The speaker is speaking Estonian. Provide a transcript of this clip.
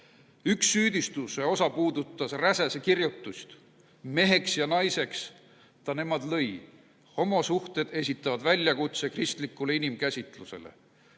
Üks süüdistuse osa puudutas Räsäse kirjutist "Meheks ja naiseks Ta nemad lõi. Homosuhted esitavad väljakutse kristlikule inimkäsitusele".